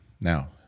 now